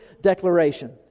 declaration